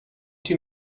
two